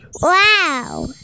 Wow